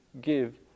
give